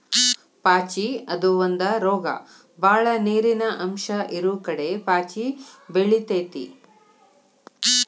ಪಾಚಿ ಅದು ಒಂದ ರೋಗ ಬಾಳ ನೇರಿನ ಅಂಶ ಇರುಕಡೆ ಪಾಚಿ ಬೆಳಿತೆತಿ